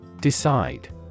Decide